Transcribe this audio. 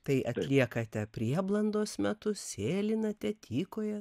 tai atliekate prieblandos metu sėlinate tykojat